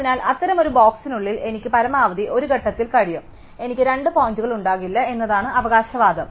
അതിനാൽ അത്തരമൊരു ബോക്സിനുള്ളിൽ എനിക്ക് പരമാവധി ഒരു ഘട്ടത്തിൽ കഴിയും എനിക്ക് രണ്ട് പോയിന്റുകൾ ഉണ്ടാകില്ല എന്നതാണ് അവകാശവാദം